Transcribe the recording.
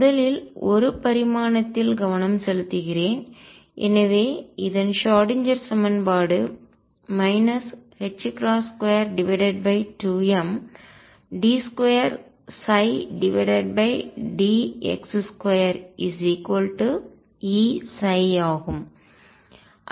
முதலில் 1 பரிமாணத்தில் கவனம் செலுத்துகிறேன் எனவே இதன் ஷ்ராடின்ஜெர் சமன்பாடு 22md2dx2Eψ ஆகும்